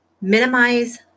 Minimize